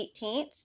18th